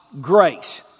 grace